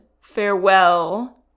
farewell